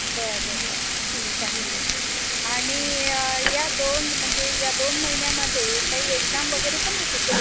बरं बरं ठीक आहे आणि या दोन म्हणजे या दोन महिन्यामध्ये काही एक्झाम वगैरे पण होतील का